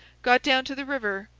got down to the river,